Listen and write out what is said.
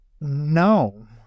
no